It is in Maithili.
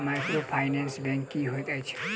माइक्रोफाइनेंस बैंक की होइत अछि?